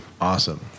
Awesome